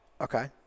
Okay